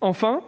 Enfin,